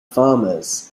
farmers